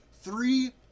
three